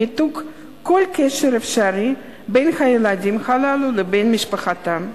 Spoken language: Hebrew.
ניתוק כל קשר אפשרי בין הילדים הללו לבין משפחתם.